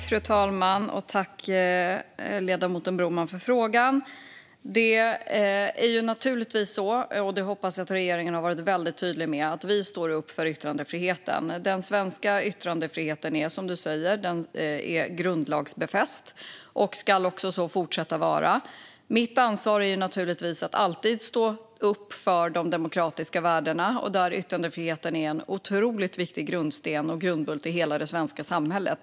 Fru talman! Tack för frågan, ledamoten Broman! Det är naturligtvis så att regeringen står upp för yttrandefriheten, och det hoppas jag att vi har varit tydliga med. Som du säger, Bo Broman, är den svenska yttrandefriheten grundlagsbefäst - och ska så fortsätta vara. Mitt ansvar är naturligtvis att alltid stå upp för de demokratiska värdena, där yttrandefriheten är en otroligt viktig grundbult i det svenska samhället.